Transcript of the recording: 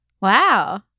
Wow